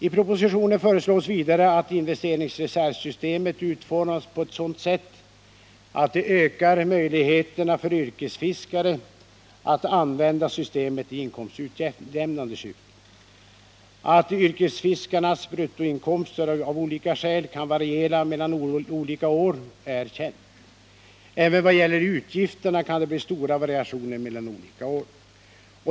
I propositionen föreslås vidare att investeringsreservsystemet utformas på ett sådant sätt, att det ökar möjligheterna för yrkesfiskare att använda systemet i inkomstutjämnande syfte. Att yrkesfiskarnas bruttoinkomster — av olika skäl — kan variera mellan olika år är känt. Även vad gäller utgifterna kan det bli stora variationer mellan olika år.